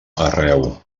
arreu